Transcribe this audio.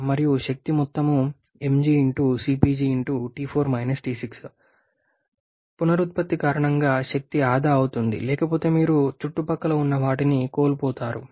మరియు శక్తి మొత్తం పునరుత్పత్తి కారణంగా శక్తి ఆదా అవుతుంది లేకపోతే మీరు చుట్టుపక్కల ఉన్న వాటిని కోల్పోతారు